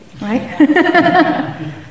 right